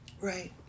right